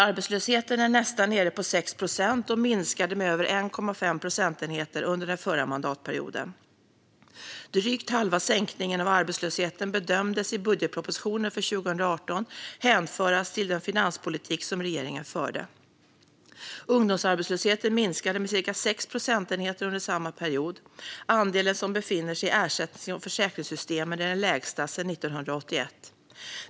Arbetslösheten är nästan nere på 6 procent och minskade med över 1,5 procentenheter under den förra mandatperioden. Drygt halva minskningen av arbetslösheten bedömdes i budgetpropositionen för 2018 kunna hänföras till den finanspolitik som regeringen förde. Ungdomsarbetslösheten minskade med ca 6 procentenheter under samma period. Andelen som befinner sig i ersättnings och försäkringssystemen är den lägsta sedan 1981.